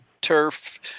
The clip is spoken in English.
turf